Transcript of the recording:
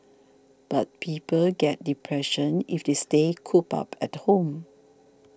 but people get depression if they stay cooped up at home